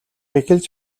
эхэлж